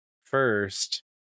first